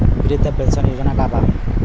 वृद्ध पेंशन योजना का बा?